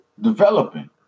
developing